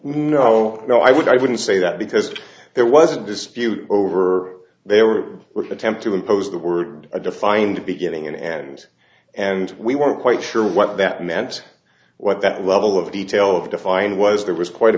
no no i would i wouldn't say that because there was a dispute over there were with attempt to impose the word a defined beginning and end and we weren't quite sure what that meant what that level of detail of defined was there was quite a